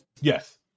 Yes